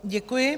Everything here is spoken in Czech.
Děkuji.